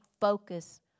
focus